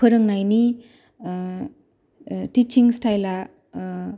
फोरोंनायनि तिस्सिं स्टाइला